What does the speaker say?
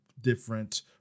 different